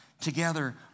Together